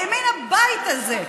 לימין הבית הזה.